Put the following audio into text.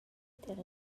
tier